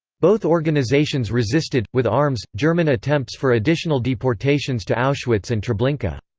both organizations resisted, with arms, german attempts for additional deportations to auschwitz and treblinka.